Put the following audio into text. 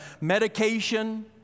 medication